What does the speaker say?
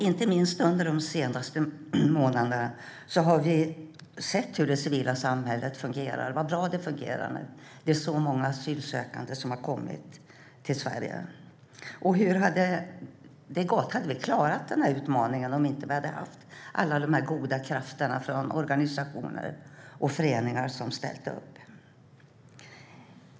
Inte minst under de senaste månaderna, då många asylsökande har kommit till Sverige, har vi sett hur bra det civila samhället fungerar. Hade vi klarat denna utmaning om vi inte hade haft alla goda krafter från organisationer och föreningar som ställt upp?